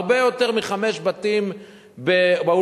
הרבה יותר מחמישה בתים באולפנה.